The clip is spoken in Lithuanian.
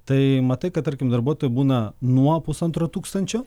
tai matai kad tarkim darbuotojų būna nuo pusantro tūkstančio